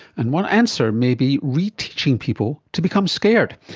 and one answer may be re-teaching people to become scared.